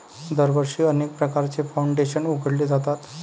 दरवर्षी अनेक प्रकारचे फाउंडेशन उघडले जातात